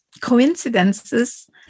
coincidences